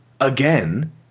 again